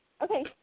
Okay